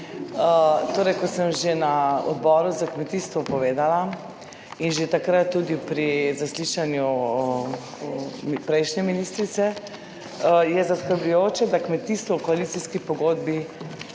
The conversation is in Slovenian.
Torej, kot sem že na Odboru za kmetijstvo povedala in že takrat tudi pri zaslišanju prejšnje ministrice, je zaskrbljujoče, da kmetijstvo v koalicijski pogodbi